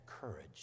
courage